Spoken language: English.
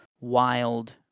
wild